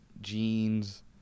jeans